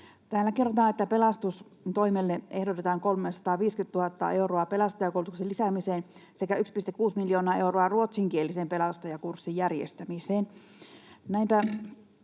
Täällä kerrotaan, että pelastustoimelle ehdotetaan 350 000 euroa pelastajakoulutuksen lisäämiseen sekä 1,6 miljoonaa euroa ruotsinkielisen pelastajakurssin järjestämiseen.